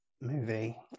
movie